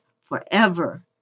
forever